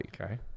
Okay